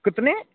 कितने